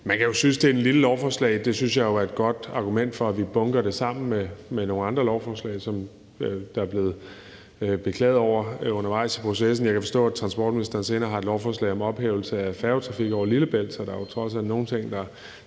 Man kan synes, det er et lille lovforslag. Det synes jeg jo er et godt argument for, at vi bunker det sammen med nogle andre lovforslag, hvad nogle har beklaget sig lidt over undervejs i processen. Jeg kan forstå, at transportministeren senere har et lovforslag på om ophævelse af færgetrafik over Lillebælt, så der er jo trods alt nogle ting, der